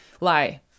Lie